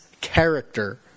character